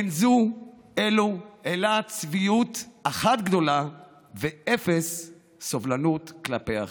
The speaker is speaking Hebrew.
אין זו אלא צביעות אחת גדולה ואפס סובלנות כלפי האחר.